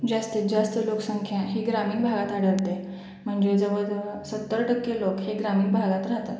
जास्तीतजास्त लोकसंख्या ही ग्रामीण भागात आढळते म्हणजे जवळजवळ सत्तर टक्के लोक हे ग्रामीण भागात राहतात